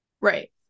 Right